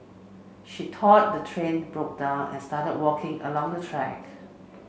she thought the train broke down and started walking along the track